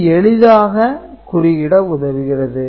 இது எளிதாக குறியிட உதவுகிறது